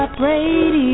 Radio